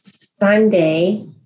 Sunday